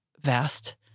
vast